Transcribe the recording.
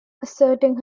asserting